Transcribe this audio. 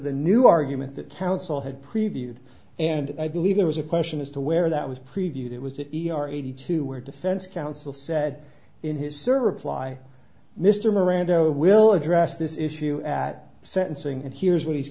the new argument that counsel had previewed and i believe there was a question as to where that was previewed it was an e r eighty two were defense counsel said in his server reply mr miranda will address this issue at sentencing and here's what he's